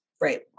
Right